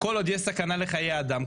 כל עוד יש סכנה לחיי אדם,